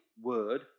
word